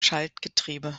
schaltgetriebe